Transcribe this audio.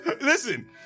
Listen